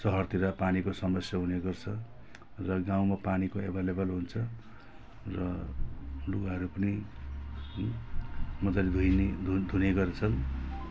सहरतिर पानीको समस्या हुने गर्छ र गाउँमा पानीको एभाइलेभल हुन्छ र लुगाहरू पनि मजाले धोइने धुने गर्छ